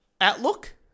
Outlook